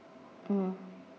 mm